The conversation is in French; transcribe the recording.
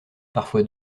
parfois